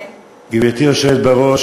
גברתי היושבת בראש,